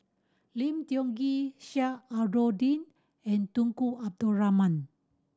Lim Tiong Ghee Sheik Alau'ddin and Tunku Abdul Rahman